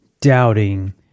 doubting